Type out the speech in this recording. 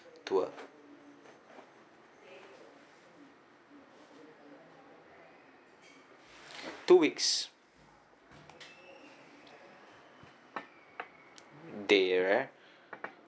tour two weeks day area